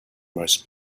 most